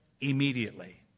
immediately